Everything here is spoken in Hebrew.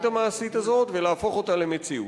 המעשית הזאת ולהפוך אותה למציאות.